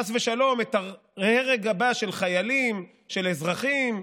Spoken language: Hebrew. חס ושלום את ההרג הבא של חיילים, של אזרחים.